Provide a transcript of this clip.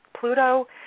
Pluto